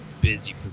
Busy